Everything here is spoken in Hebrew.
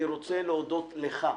אני רוצה להודות לך,